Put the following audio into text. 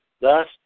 Thus